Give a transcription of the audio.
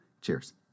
Cheers